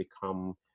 become